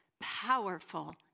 powerful